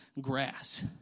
grass